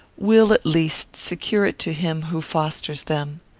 will, at least, secure it to him who fosters them.